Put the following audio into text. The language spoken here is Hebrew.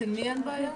למי אין בעיה?